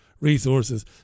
resources